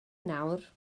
nawr